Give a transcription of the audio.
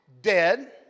dead